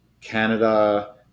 Canada